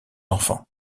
enfants